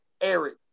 Eric